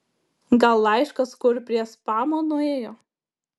gal laiškas kur prie spamo nuėjo